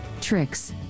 tricks